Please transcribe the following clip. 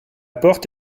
porte